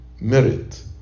merit